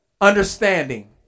understanding